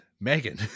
Megan